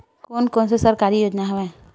कोन कोन से सरकारी योजना हवय?